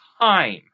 time